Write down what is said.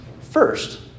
first